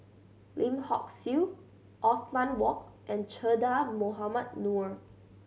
Lim Hock Siew Othman Wok and Che Dah Mohamed Noor